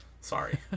Sorry